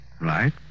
Right